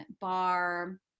bar